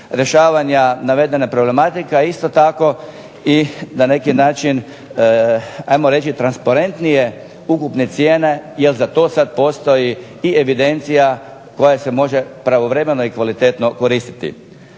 rješavanja navedene problematike, a isto tako i na neki način ajmo reći transparentnije ukupne cijene jer za to sad postoji i evidencija koja se može pravovremeno i kvalitetno koristiti.